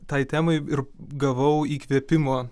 tai temai ir gavau įkvėpimo